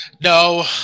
No